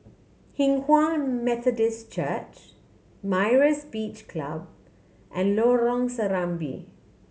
Hinghwa Methodist Church Myra's Beach Club and Lorong Serambi